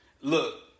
Look